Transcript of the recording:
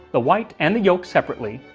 the white and the yolk separately,